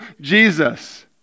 Jesus